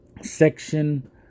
Section